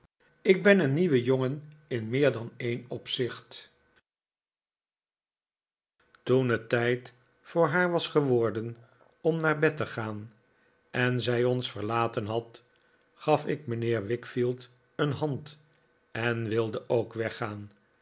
ik bij haar ben en alles om haar heen toen het tijd voor haar was ge worden om naar bed te gaan en zij ons verlaten had gaf ik mijnheer wickfield een hand en wilde ook weggaan